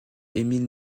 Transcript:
émile